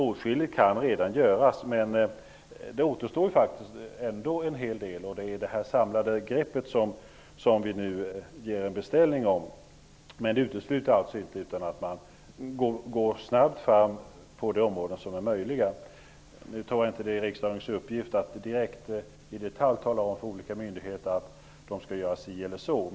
Åtskilligt kan redan göras. Men det återstår ändå en hel del. Vi gör nu en beställning om det samlade greppet. Men det utesluter inte att man går snabbt fram på de områden som är möjliga. Nu är det inte riksdagens uppgift att i detalj tala om för olika myndigheter att de skall göra si eller så.